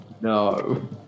no